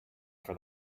from